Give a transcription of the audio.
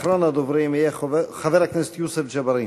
אחרון הדוברים יהיה חבר הכנסת יוסף ג'בארין.